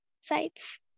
sites